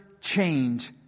change